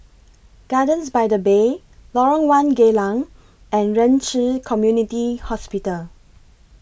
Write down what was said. Gardens By The Bay Lorong one Geylang and Ren Ci Community Hospital